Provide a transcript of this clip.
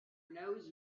knows